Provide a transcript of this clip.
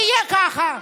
יהיה ככה.